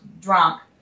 drunk